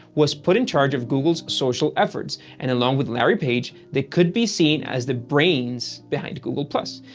was put in charge of google's social efforts, and along with larry page, they could be seen as the brains behind google plus.